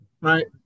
right